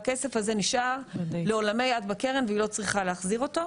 והכסף הזה נשאר לעולמי עד בקרן והיא לא צריכה להחזיר אותו,